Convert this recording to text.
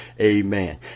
Amen